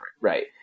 Right